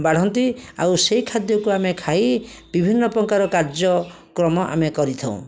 ବାଢ଼ନ୍ତି ଆଉ ସେହି ଖାଦ୍ୟକୁ ଆମେ ଖାଇ ବିଭିନ୍ନ ପ୍ରକାର କାର୍ଯ୍ୟକ୍ରମ ଆମେ କରିଥାଉ